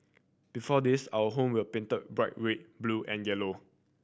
before this our home were painted bright red blue and yellow